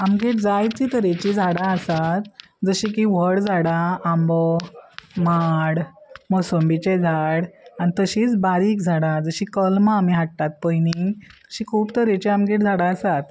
आमगेर जायती तरेची झाडां आसात जशें की व्हड झाडां आंबो माड मोसंबीचे झाड आनी तशींच बारीक झाडां जशीं कलमां आमी हाडटात पळय न्ही अशी खूब तरेची आमगेर झाडां आसात